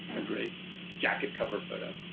and a great jacket cover photo.